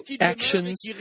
actions